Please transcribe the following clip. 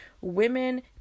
Women